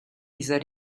dieser